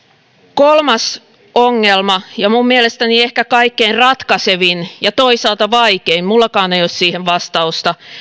kolmas ongelma ja minun mielestäni ehkä kaikkein ratkaisevin ja toisaalta vaikein minullakaan ei ole siihen vastausta